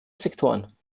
sektoren